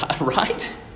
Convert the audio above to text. Right